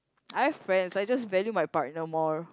I have friends I just value my partner more